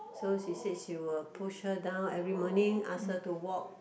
so she said she will push her down every morning ask her to walk